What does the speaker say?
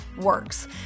works